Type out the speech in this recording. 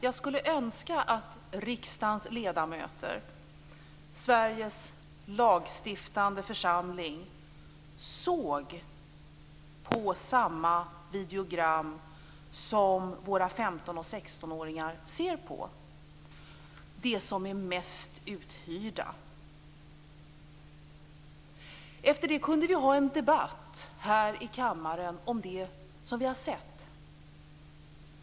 Jag skulle önska att riksdagens ledamöter, Sveriges lagstiftande församling, såg på samma videogram som våra 15 och 16-åringar ser på, dvs. de videogram som är mest uthyrda. Efter det kunde vi ha en debatt här i kammaren om det som vi har sett.